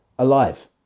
Alive